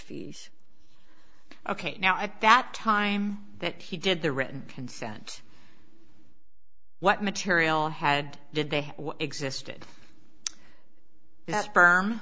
fees ok now at that time that he did the written consent what material had did they existed that